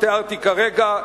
שתיארתי כרגע,